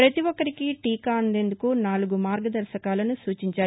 ప్రతి ఒక్కరికీ టీకా అందేందుకు నాలుగు మార్గదర్శకాలను సూచించారు